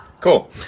Cool